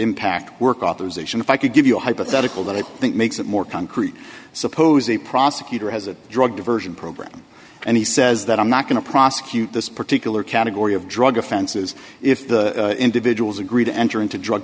impact work authorization if i could give you a hypothetical that i think makes it more concrete suppose a prosecutor has a drug diversion program and he says that i'm not going to prosecute this particular category of drug offenses if the individuals agree to enter into drug